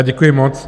Děkuji moc.